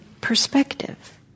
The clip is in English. perspective